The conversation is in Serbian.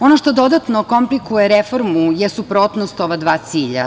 Ono što dodatno komplikuje reformu je suprotnost ova dva cilja.